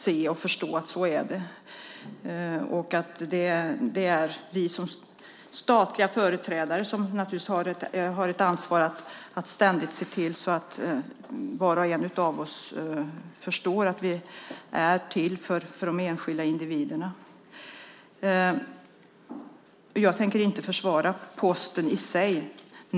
Som statliga företrädare har naturligtvis var och en av oss ett ansvar att ständigt se till att vi förstår att vi är till för de enskilda individerna. Jag tänker inte försvara Posten i sig.